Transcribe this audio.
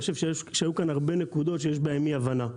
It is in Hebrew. כי אני חושב שהיו כאן הרבה נקודות שיש בהן אי הבנה.